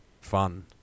fun